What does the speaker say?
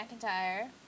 McIntyre